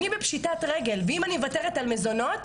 אני בפשיטת רגל ואם אני מוותרת על מזונות,